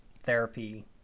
therapy